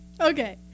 Okay